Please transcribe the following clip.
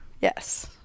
Yes